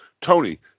Tony